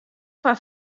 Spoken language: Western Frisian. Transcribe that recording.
foar